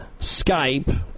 Skype